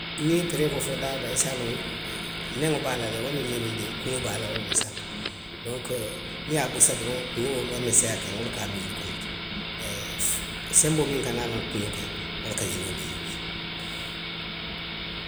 Niŋ i ye pereego fo daa woo daa, i se a loŋ, neŋo be a la le wo le be melundiŋ, kuŋo be a la wo le be santo. Donku niŋ. i ye a busa doroŋ kuŋo wo ka meseyaa a kaŋ wo le ka a dundi konoto. senboo miŋ ka naanaŋ kuwo kaŋ wo le ka ňiŋ doo dundi kuŋ